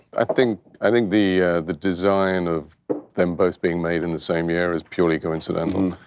i think i think the the design of them both being made in the same year is purely coincidental.